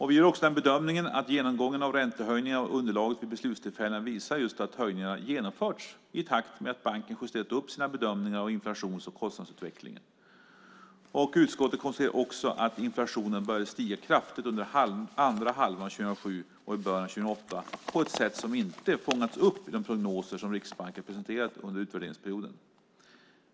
Vi gör den bedömningen att genomgången av räntehöjningar och underlaget vid beslutstillfällena visar att höjningarna genomförts i takt med att banken justerat sina bedömningar av inflations och kostnadsutvecklingen. Utskottet konstaterar att inflationen började stiga kraftigt under andra halvan av 2007 och i början av 2008 på ett sätt som inte fångats upp i de prognoser som Riksbanken presenterat under utvärderingsperioden.